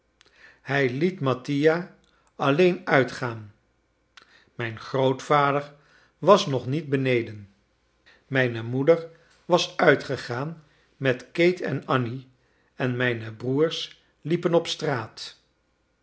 hij liet mattia alleen uitgaan mijn grootvader was nog niet beneden mijne moeder was uitgegaan met kate en annie en mijne broers liepen op straat